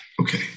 Okay